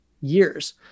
years